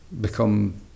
become